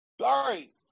Sorry